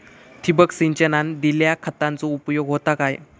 ठिबक सिंचनान दिल्या खतांचो उपयोग होता काय?